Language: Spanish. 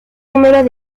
número